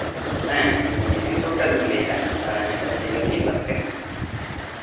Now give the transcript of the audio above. ᱦᱮᱸ ᱤᱧ ᱨᱤᱯᱳᱴᱟᱨ ᱤᱧ ᱞᱟᱹᱭᱫᱟ ᱧᱩᱛᱩᱢ ᱛᱤᱧ ᱫᱚ ᱚᱵᱷᱤᱡᱤᱛ ᱵᱟᱥᱠᱮ